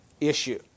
issue